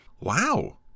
Wow